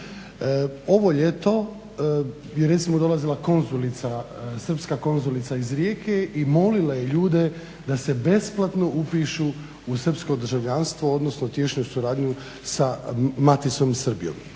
ovo ljeto je recimo dolazila srpska konzulica iz Rijeke i molila je ljude da se besplatno upišu u srpsko državljanstvo, odnosno tješnju suradnju sa maticom Srbijom